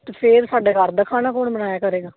ਅਤੇ ਫਿਰ ਸਾਡੇ ਘਰ ਦਾ ਖਾਣਾ ਕੌਣ ਬਣਾਇਆ ਕਰੇਗਾ